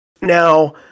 Now